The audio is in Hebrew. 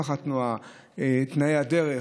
נפח התנועה, תנאי הדרך,